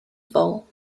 vole